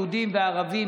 של יהודים וערבים,